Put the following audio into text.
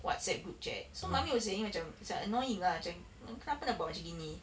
WhatsApp group chat so mummy was saying macam sia annoying lah macam um kenapa nak buat macam gini